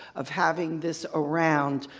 of having this around,